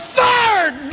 third